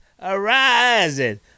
arising